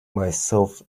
myself